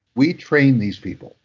we train these people.